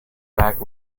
back